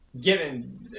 given